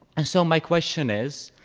and so my question is,